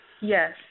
Yes